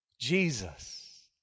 Jesus